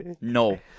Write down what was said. no